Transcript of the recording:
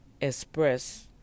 express